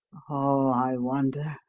oh, i wonder!